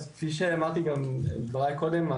אז כפי שאמרתי בדבריי קודם,